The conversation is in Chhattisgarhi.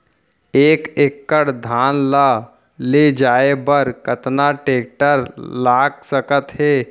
एक एकड़ धान ल ले जाये बर कतना टेकटर लाग सकत हे?